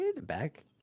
back